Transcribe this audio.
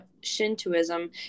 Shintoism